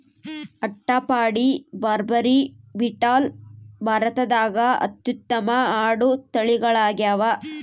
ಅಟ್ಟಪಾಡಿ, ಬಾರ್ಬರಿ, ಬೀಟಲ್ ಭಾರತದಾಗ ಅತ್ಯುತ್ತಮ ಆಡು ತಳಿಗಳಾಗ್ಯಾವ